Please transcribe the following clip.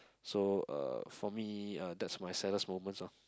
so uh for me uh that's my saddest moment lor